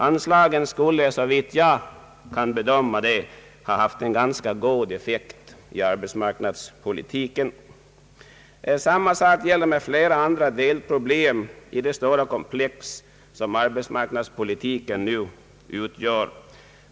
Anslagen skulle, såvitt jag kan bedöma, ha haft en ganska god effekt i arbetsmarknadspolitiken. Samma sak gäller flera andra delproblem i det stora komplex som arbetsmarknadspolitiken nu utgör.